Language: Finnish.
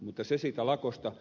mutta se siitä lakosta